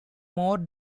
more